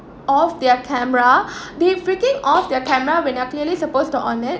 off their camera they freaking off their camera when they are clearly supposed to on it